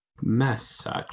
message